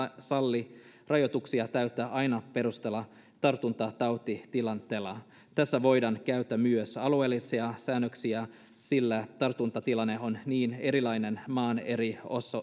sallii rajoituksia täytyy aina perustella tartuntatautitilanteella tässä voidaan käyttää myös alueellisia säännöksiä sillä tartuntatilanne on niin erilainen maan eri